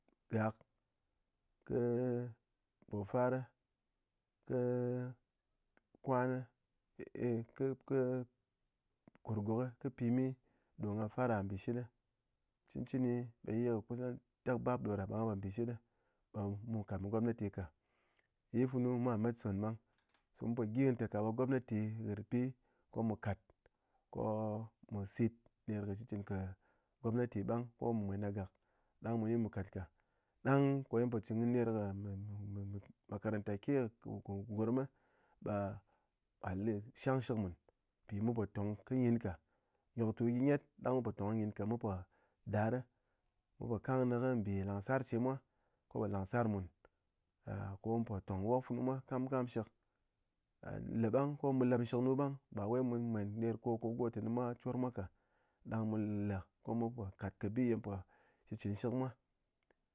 Gak kɨ pofar kɨ kwan kɨ kɨ kɨrgɨk kɨ pimi ɗo ghà fara shɨtchin cɨn cɨni be yi kɨ kusan tekbarap ɗoda ɓe ghán po mbɨshitɗe be mu kàt me gobnati ka yi funu mwa met son ɓang mun po gyi nyɨ tenɨ ƙo kabe gobnati ghɨr pi ko lɨmarmu ƙat ko mu sit ner kɨ shitchin gobnati ɓang ko mu mwen kɨ gak dang mu gi be mu kat ka dang ko ye mun po chɨn kɨ nyi ner kɨ me me me makaranta ke kɨ ko ko gurm be at least shangshɨk mun mpɨ mun po tong kɨ nyin ka, nyoktu gyi nyet bang mun po tong kɨ nyin ka, mun po dar, mun po kang nyi kɨ nbi lang sar ce mwa ko po lang sar mun ko mun po tong wok funu mwa kamkam shik le bang ko mu lep shik funu bang ba wai mu mwen ner go mwa cor mwa kà dang mu le ko mwa po kàt kɨ bi ye mun po shitchin shɨk mwa.